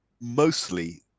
mostly